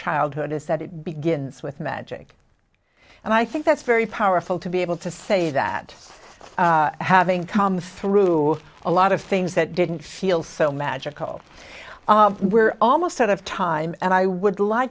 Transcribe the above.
childhood is that it begins with magic and i think that's very powerful to be able to say that having come through a lot of things that didn't feel so magical we're almost out of time and i would li